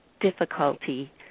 difficulty